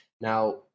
now